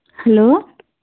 hello